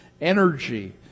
energy